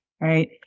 right